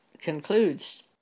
concludes